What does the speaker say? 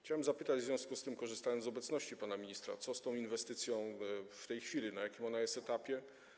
Chciałem zapytać w związku z tym, korzystając z obecności pana ministra: Co z tą inwestycją dzieje się w tej chwili, na jakim ona jest etapie?